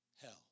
Hell